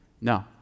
No